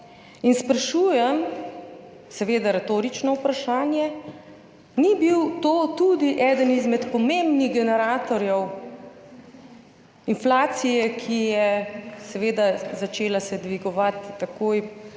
Sprašujem, seveda je to retorično vprašanje, ni bil to tudi eden izmed pomembnih generatorjev inflacije, ki se je seveda začela dvigovati takoj